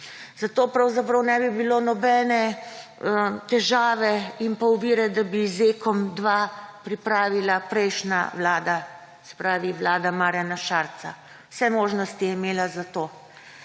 Zato ne bi bilo nobene težave in ovire, da bi ZKOM-2 pripravila prejšnja vlada, se pravi vlada Marjana Šarca. Vse možnosti je imela za to.